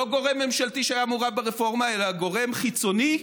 לא גורם ממשלתי שהיה מעורב ברפורמה אלא גורם חיצוני,